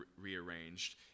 rearranged